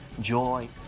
joy